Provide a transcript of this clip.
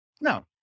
no